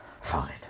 Fine